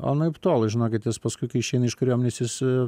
anaiptol žinokit jis paskui kai išeina iš kariuomenės jis